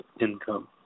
income